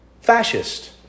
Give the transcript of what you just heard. Fascist